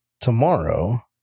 Tomorrow